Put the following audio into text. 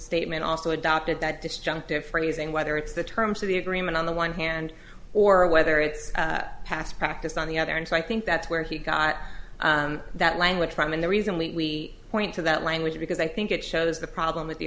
statement also adopted that disjunctive phrasing whether it's the terms of the agreement on the one hand or whether it's past practice on the other and so i think that's where he got that language from and the reason we point to that language because i think it shows the problem with the